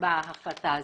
בהחלטה הזאת.